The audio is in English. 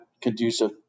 conducive